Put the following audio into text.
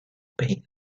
pale